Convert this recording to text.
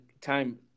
time